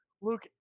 Luke